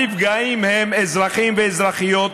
הנפגעים הם אזרחים ואזרחיות,